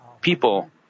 people